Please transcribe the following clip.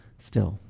still,